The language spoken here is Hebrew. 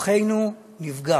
כוחנו נפגע.